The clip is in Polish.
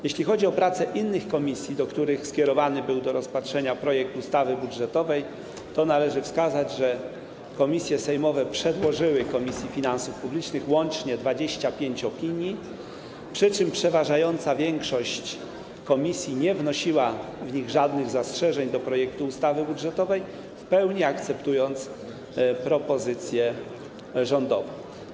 Jeśli chodzi o prace innych komisji, do których skierowany był do rozpatrzenia projekt ustawy budżetowej, należy wskazać, że komisje sejmowe przedłożyły Komisji Finansów Publicznych łącznie 25 opinii, przy czym przeważająca większość komisji nie wnosiła w nich żadnych zastrzeżeń do projektu ustawy budżetowej, w pełni akceptując propozycje rządowe.